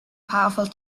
powerful